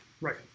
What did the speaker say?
Right